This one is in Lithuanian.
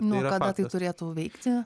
nuo kada tai turėtų veikti